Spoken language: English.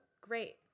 great